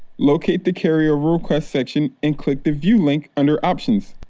locate the carryover request section and click the view link under options.